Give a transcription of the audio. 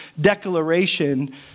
declaration